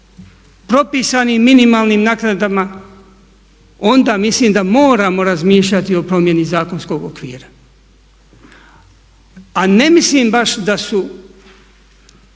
propisanim minimalnim naknadama onda mislim da moramo razmišljati o promjeni zakonskog okvira. A ne mislim baš da su